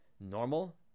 normal